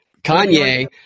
Kanye